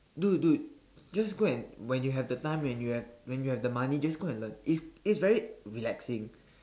dude dude just go and when you have the time when you have when you have the money just go and learn it's it's very relaxing